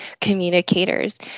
communicators